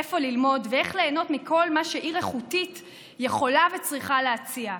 איפה ללמוד ואיך ליהנות מכל מה שעיר איכותית יכולה וצריכה להציע.